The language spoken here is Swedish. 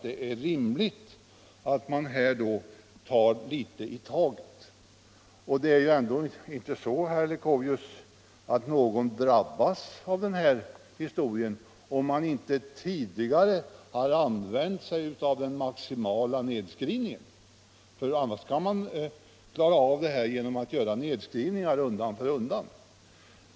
Det är ändå inte så, herr Leuchovius, att någon drabbas om han inte tidigare har använt sig av möjligheten till maximal nedskrivning. Annars kan man klara av detta genom att göra nedskrivningar undan för undan.